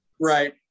right